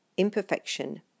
imperfection